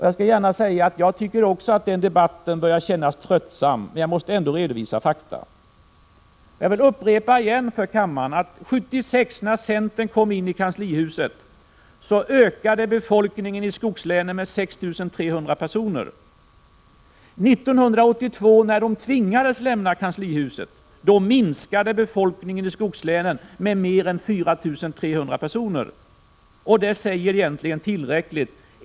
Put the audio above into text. Jag skall gärna säga att jag också tycker att den debatten börjar kännas tröttsam, men jag måste ändå redovisa fakta. Jag vill upprepa för kammaren att år 1976, när centern kom in i kanslihuset, ökade befolkningen i skogslänen med 6 300 personer. År 1982, när centern tvingades lämna kanslihuset, minskade befolkningen i skogslänen med mer än 4 300 personer. Det säger egentligen tillräckligt.